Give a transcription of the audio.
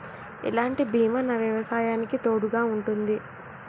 ఎలాంటి బీమా నా వ్యవసాయానికి తోడుగా ఉంటుంది?